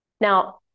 Now